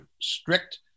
strict